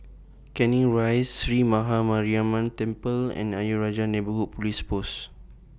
Canning Rise Sree Maha Mariamman Temple and Ayer Rajah Neighbourhood Police Post